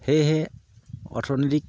সেয়েহে অৰ্থনৈতিক